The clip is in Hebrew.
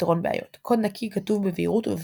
ופתרון בעיות קוד נקי כתוב בבהירות ובפשטות,